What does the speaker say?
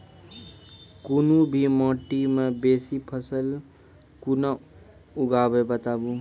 कूनू भी माटि मे बेसी फसल कूना उगैबै, बताबू?